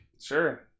Sure